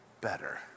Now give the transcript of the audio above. better